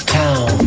town